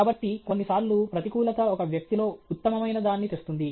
కాబట్టి కొన్నిసార్లు ప్రతికూలత ఒక వ్యక్తిలో ఉత్తమమైనదాన్ని తెస్తుంది